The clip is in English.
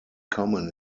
common